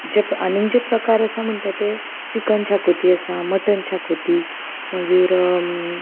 जे आनीक जे प्रकार आसा म्हणटा ते चिकन शाकोती आसा मटन शाकोती मागीर